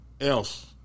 else